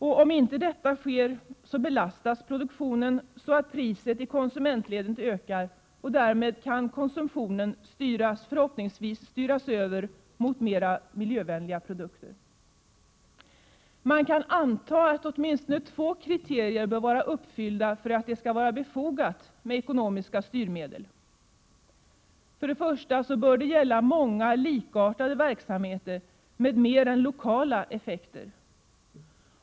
Om inte detta sker belastas produktionen så att priset i konsumentledet ökar, och därmed kan konsumtionen förhoppningsvis styras över mot mer miljövänliga produkter. Man kan anta att åtminstone två kriterier bör vara uppfyllda för att det skall vara befogat med ekonomiska styrmedel: 1) Det bör gälla många likartade verksamheter med mer än lokala effekter.